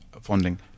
funding